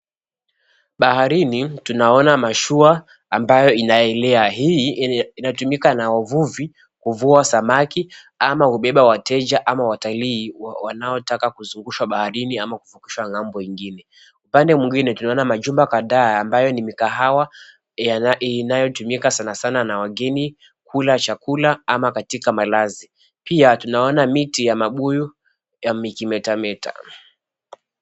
Baharini tunaona mashuwa ambayo inaelea hi inatumika na wavuvi kuvua samaki ama kubeba wateja ama watalii wanaotaka kuzungushwa baharini ama kuvukishwa ng'ambo ingine. Upande mwingine tunaona majumba kadhaa ambayo ni mikahawa inayotumika sana sana na wageni kula chakula ama katika malazi. Pia tunaona miti ya mabuyu yakimetameta.